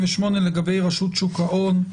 לגבי רשות שוק ההון,